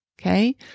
Okay